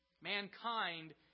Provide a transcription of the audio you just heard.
Mankind